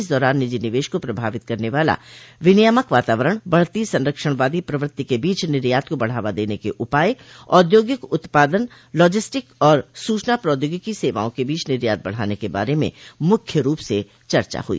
इस दौरान निजी निवेश को प्रभावित करने वाला विनियामक वातावरण बढ़ती सरंक्षणवादी प्रवृत्तियों के बीच निर्यात को बढ़ावा देने के उपाय औद्योगिक उत्पादन लॉजिस्टिक और सूचना प्रौद्योगिकी सेवाओं के बीच निर्यात बढ़ाने के बारे में मुख्य रूप से चर्चा हुई